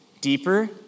deeper